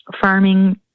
farming